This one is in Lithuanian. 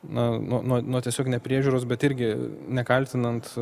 na nuo nuo nuo tiesiog nepriežiūros bet irgi nekaltinant